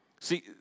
See